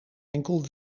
enkel